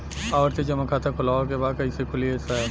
आवर्ती जमा खाता खोलवावे के बा कईसे खुली ए साहब?